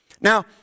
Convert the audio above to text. Now